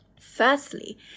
Firstly